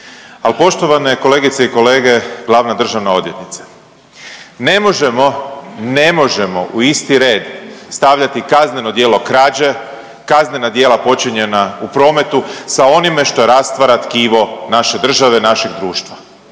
ali poštovane kolegice i kolege, glavna državna odvjetnice, ne možemo, ne možemo u isti red stavljati kazneno djelo krađe, kaznena djela počinjena u prometu sa onime što rastvara tkivo naše države, našeg društva.